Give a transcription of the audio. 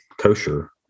kosher